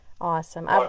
Awesome